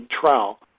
trial